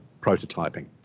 prototyping